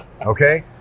Okay